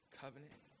covenant